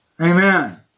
Amen